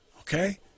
Okay